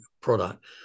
product